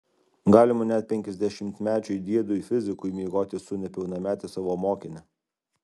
galima net penkiasdešimtmečiui diedui fizikui miegoti su nepilnamete savo mokine